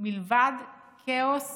מלבד כאוס